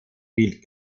field